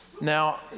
Now